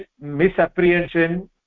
misapprehension